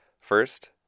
First